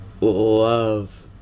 love